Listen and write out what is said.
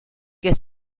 que